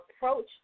approach